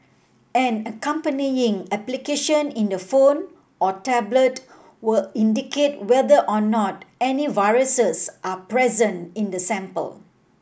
an accompanying application in the phone or tablet will indicate whether or not any viruses are present in the sample